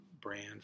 brand